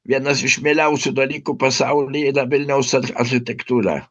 vienas iš mieliausių dalykų pasaulyje yra vilniaus architektūra